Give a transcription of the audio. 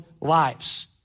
lives